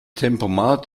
tempomat